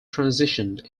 transition